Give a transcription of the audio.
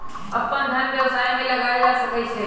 अप्पन धन व्यवसाय में लगायल जा सकइ छइ